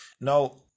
Now